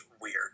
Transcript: weird